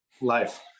life